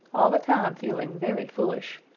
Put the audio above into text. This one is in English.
all the time feeling very foolish,